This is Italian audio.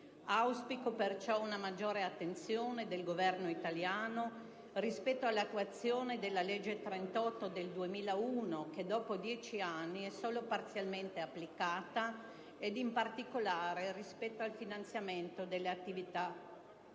Auspico, perciò, una maggiore attenzione del Governo italiano rispetto all'attuazione della legge n. 38 del 2001, che dopo 10 anni è solo parzialmente applicata, ed in particolare rispetto al finanziamento delle attività culturali.